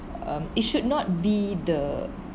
um it should not be the